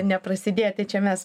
neprasidėti čia mes